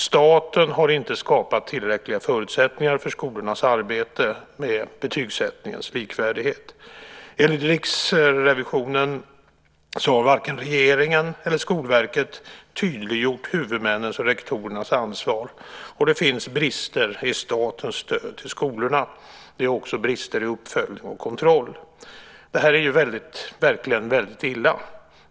Staten har inte skapat tillräckliga förutsättningar för skolornas arbete med betygssättningens likvärdighet. Enligt Riksrevisionen har varken regeringen eller Skolverket tydliggjort huvudmännens och rektorernas ansvar. Det finns brister i statens stöd till skolorna. Det är också brister i uppföljning och kontroll. Det här är verkligen väldigt illa.